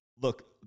Look